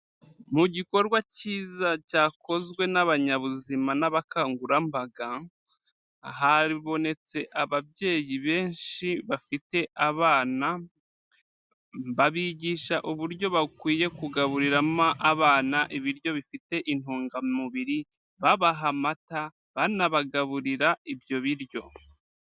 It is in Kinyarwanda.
Mu gikorwa kiza cyakozwe n'abanyabuzima n'abakangurambaga, habonetse ababyeyi benshi bafite abana, babigisha uburyo bakwiye kugaburiramo abana ibiryo bifite intungamubiri, babaha amata, banabagaburira ibyo biryo.